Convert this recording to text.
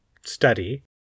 study